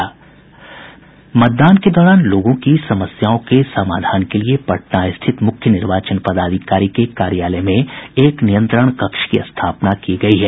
मतदान के दौरान लोगों की समस्याओं के समाधान के लिए पटना स्थित मुख्य निर्वाचन पदाधिकारी के कार्यालय में एक नियंत्रण कक्ष की स्थापना की गयी है